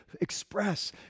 express